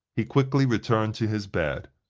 he quickly returned to his bed.